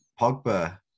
Pogba